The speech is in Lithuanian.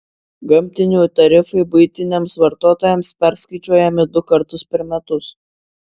gamtinių tarifai buitiniams vartotojams perskaičiuojami du kartus per metus